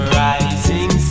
rising